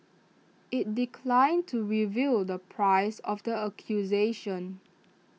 IT declined to reveal the price of the acquisition